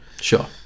Sure